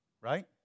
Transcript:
right